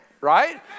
right